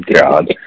God